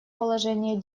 положение